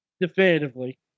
Definitively